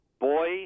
boy